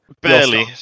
Barely